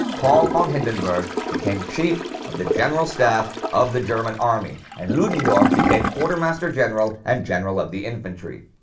paul von hindenburg became chief of the general staff of the german army and ludendorff became quartermaster general and general of the infantry.